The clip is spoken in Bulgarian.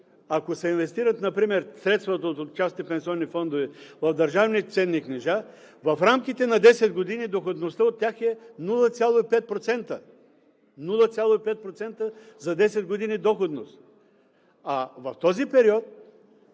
ако се инвестират например средствата от частни пенсионни фондове в държавни ценни книжа, в рамките на 10 години доходността от тях е 0,5% – 0,5% за десет години доходност. А в този период